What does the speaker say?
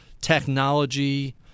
technology